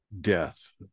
death